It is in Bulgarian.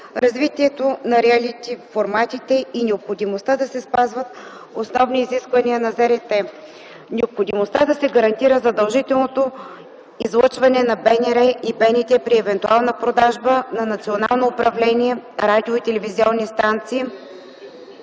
развитието на риалити форматите и необходимостта да се спазват основни изисквания на ЗРТ, необходимостта да се гарантира задължителното излъчване на БНР и БНТ при евентуална продажба на Национално управление "Радио и телевизионни станции",